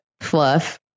fluff